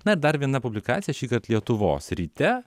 na ir dar viena publikacija šįkart lietuvos ryte